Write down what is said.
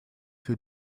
für